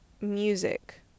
music